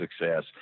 success